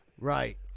Right